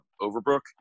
Overbrook